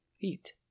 feet